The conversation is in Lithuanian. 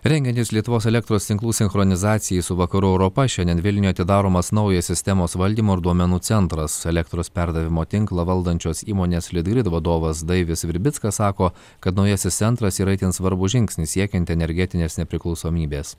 rengiantis lietuvos elektros tinklų sinchronizacijai su vakarų europa šiandien vilniuje atidaromas naujas sistemos valdymo ir duomenų centras elektros perdavimo tinklą valdančios įmonės litgrid vadovas daivis virbickas sako kad naujasis centras yra itin svarbus žingsnis siekiant energetinės nepriklausomybės